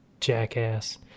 jackass